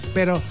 Pero